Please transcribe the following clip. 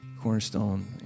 Cornerstone